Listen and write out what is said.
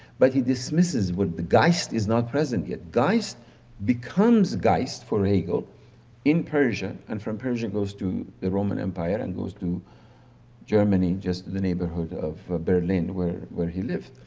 but he dismisses where the geist is not present yet. geist becomes geist, farrago, in persia and from persia goes to the roman empire and goes to germany, just the neighborhood of berlin where where he lived.